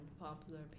popular